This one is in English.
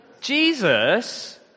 Jesus